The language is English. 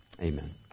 Amen